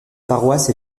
paroisse